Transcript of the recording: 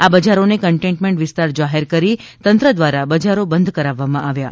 આ બજારોને કન્ટેનમેન્ટ વિસ્તાર જાહેર કરી તંત્ર દ્વારા બજારો બંધ કરાવવામાં આવ્યા છે